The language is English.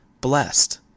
blessed